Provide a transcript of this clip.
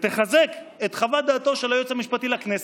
ותחזק את חוות דעתו של היועץ המשפטי לכנסת.